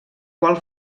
qual